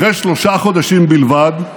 אחרי שלושה חודשים בלבד,